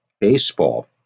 baseball